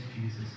Jesus